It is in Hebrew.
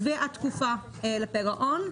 והתקופה לפירעון,